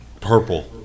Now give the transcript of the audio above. purple